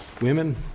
women